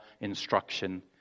instruction